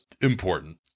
important